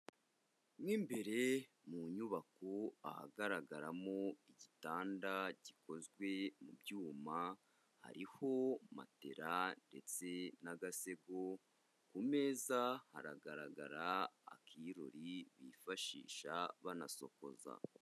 Mu imbere mu nyubako ahagaragaramo igitanda gikozwe mu byuma, hariho matera ndetse n'agasego, ku meza haragaragara akirori bifashisha banasokoza.